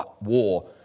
war